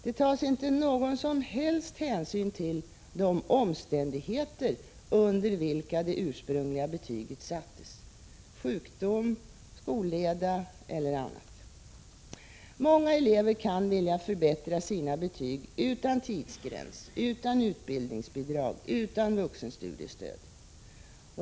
Det tas inte någon som helst hänsyn till de omständigheter under vilka det ursprungliga betyget sattes — sjukdom, skolleda eller annat. Många elever kan vilja förbättra sina betyg utan tidsgräns, utan utbildningsbidrag, utan vuxenstudiestöd.